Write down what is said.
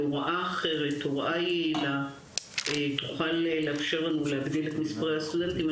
הוראה אחרת יעילה תוכל לאפשר לנו להגדיל את מספר הסטודנטים.